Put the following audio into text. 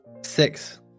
Six